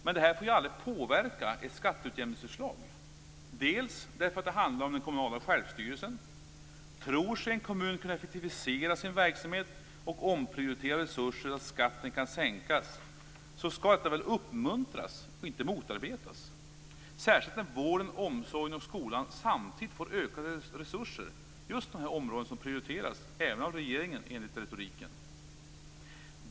Men det här får aldrig påverka ett skatteutjämningsförslag. Dels därför att det handlar om den kommunala självstyrelsen. Tror sig en kommun kunna effektivisera sin verksamhet och omprioritera resurserna så att skatten kan sänkas skall det väl uppmuntras, inte motarbetas, särskilt när vården, omsorgen och skolan samtidigt får ökade resurser, just de områden som prioriteras även av regeringen enligt retoriken.